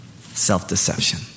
self-deception